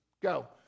Go